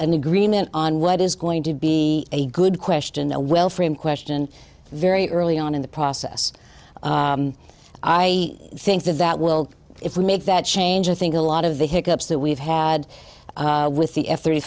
an agreement on what is going to be a good question a well frame question very early on in the process i think that that will if we make that change i think a lot of the hiccups that we've had with the f thirty